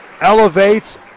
elevates